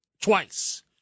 twice